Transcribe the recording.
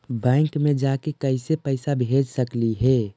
Bank मे जाके कैसे पैसा भेज सकली हे?